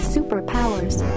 Superpowers